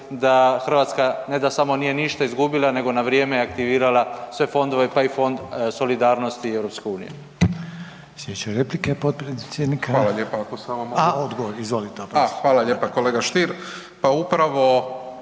da Hrvatska ne samo da nije ništa izgubila nego na vrijeme aktivirala sve fondove, pa i Fond solidarnosti EU.